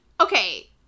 okay